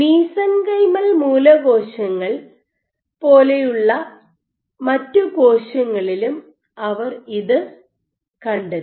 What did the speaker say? mesenchymal മൂലകോശങ്ങൾ പോലുള്ള മറ്റ് കോശങ്ങളിലും അവർ ഇത് കണ്ടെത്തി